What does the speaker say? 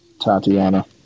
Tatiana